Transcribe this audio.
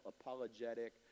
apologetic